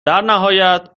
درنهایت